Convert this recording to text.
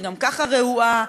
שגם ככה רעועה,